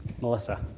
Melissa